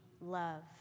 love